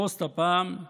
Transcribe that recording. הפוסט הפעם הוא